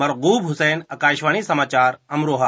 मरगूब हुसैन आकाशवाणी समाचार अमरोहा